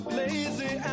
lazy